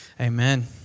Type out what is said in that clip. Amen